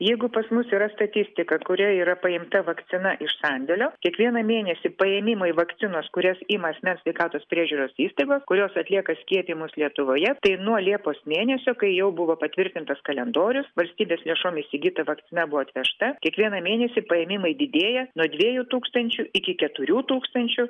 jeigu pas mus yra statistika kurioj yra paimta vakcina iš sandėlio kiekvieną mėnesį paėmimai vakcinos kurias ima asmens sveikatos priežiūros įstaigos kurios atlieka skiepijimus lietuvoje tai nuo liepos mėnesio kai jau buvo patvirtintas kalendorius valstybės lėšom įsigyta vakcina buvo atvežta kiekvieną mėnesį paėmimai didėja nuo dviejų tūkstančių iki keturių tūkstančių